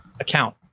account